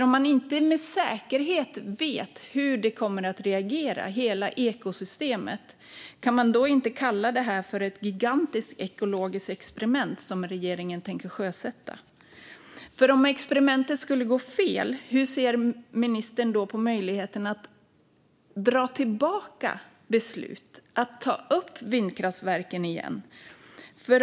Om man inte med säkerhet vet hur hela ekosystemet kommer att reagera, kan man då inte kalla det för ett gigantiskt ekologiskt experiment som regeringen tänker sjösätta? Om experimentet skulle gå fel, hur ser ministern då på möjligheten att dra tillbaka beslut och ta upp vindkraftverken igen?